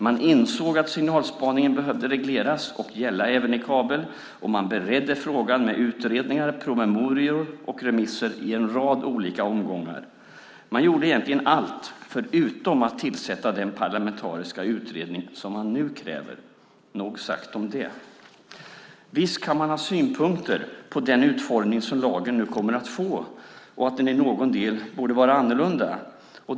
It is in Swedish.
Man insåg att signalspaningen behövde regleras och gälla även i kabel, och man beredde frågan med utredningar, promemorior och remisser i en rad olika omgångar. Man gjorde allt utom att tillsätta den parlamentariska utredning som man nu kräver. Nog sagt om det. Visst kan man ha synpunkter på den utformning som lagen kommer att få och att den i någon del borde vara annorlunda.